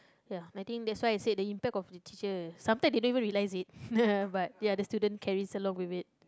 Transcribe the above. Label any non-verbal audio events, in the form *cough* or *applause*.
ya I think that's why I said the impact of the teacher sometimes they don't even realise it *laughs* but ya the student carries along with it